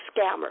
scammers